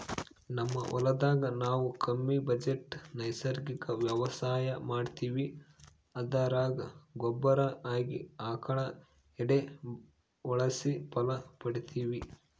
ನಮ್ ಹೊಲದಾಗ ನಾವು ಕಮ್ಮಿ ಬಜೆಟ್ ನೈಸರ್ಗಿಕ ವ್ಯವಸಾಯ ಮಾಡ್ತೀವಿ ಅದರಾಗ ಗೊಬ್ಬರ ಆಗಿ ಆಕಳ ಎಂಡೆ ಬಳಸಿ ಫಲ ಪಡಿತಿವಿ